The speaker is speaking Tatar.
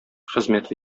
хезмәт